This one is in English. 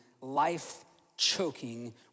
life-choking